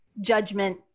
judgment